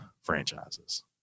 franchises